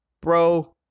Bro